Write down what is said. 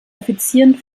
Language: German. offizieren